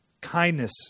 kindness